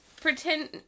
Pretend